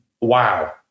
Wow